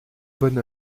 bonne